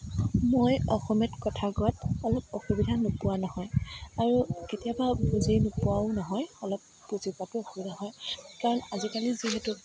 মই অসমীয়াত কথা কোৱাত অলপ অসুবিধা নোপোৱা নহয় আৰু কেতিয়াবা বুজি নোপোৱাও নহয় অলপ বুজি পোৱাতো অসুবিধা হয় কাৰণ আজিকালি যিহেতু